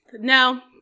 No